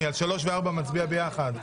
אני על 3-4 מצביע ביחד.